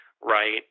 right